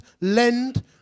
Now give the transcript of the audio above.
lend